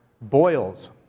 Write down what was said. Boils